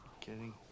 Kidding